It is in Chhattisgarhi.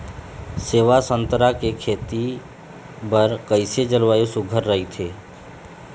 सेवा संतरा के खेती बर कइसे जलवायु सुघ्घर राईथे?